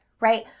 right